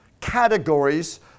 categories